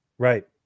Right